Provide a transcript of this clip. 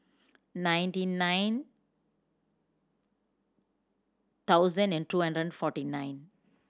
ninety nine thousand and two hundred and forty nine